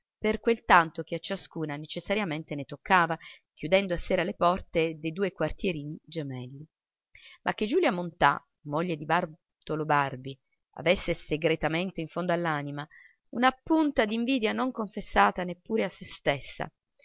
per quel tanto che a ciascuna necessariamente ne toccava chiudendo a sera le porte de due quartierini gemelli ma che giulia montà moglie di bartolo barbi avesse segretamente in fondo all'anima una punta d'invidia non confessata neppure a se stessa